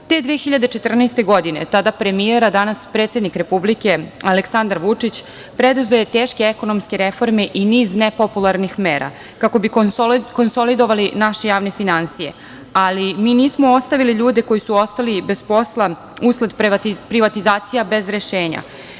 Te 2014. godine tada premijer, a danas predsednik Republike Aleksandar Vučić preduzeo je teške ekonomske reforme i niz nepopularnih mera kako bi konsolidovali naše javne finansije, ali mi nismo ostavili ljude koji su ostali bez posla usled privatizacija bez rešenja.